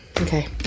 Okay